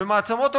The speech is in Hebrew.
ומעצמות המערב,